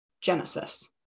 Genesis